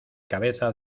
cabeza